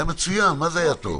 היה מצוין, מה זה היה טוב?